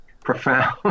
profound